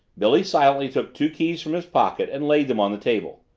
billy silently took two keys from his pocket and laid them on the table.